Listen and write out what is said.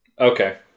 Okay